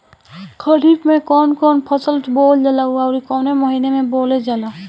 खरिफ में कौन कौं फसल बोवल जाला अउर काउने महीने में बोवेल जाला?